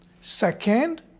Second